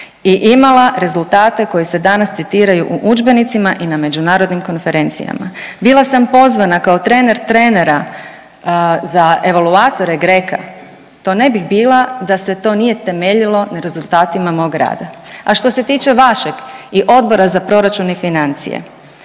i imala rezultate koji se danas citiraju u udžbenicima i na međunarodnim konferencijama. Bila sam pozvana kao trener trenera za evaluatore GRECO-a, to ne bih bila da se to nije temeljilo na rezultatima mog rada. A što se tiče vašeg i Odbora za proračun i financije,